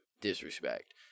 disrespect